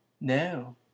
no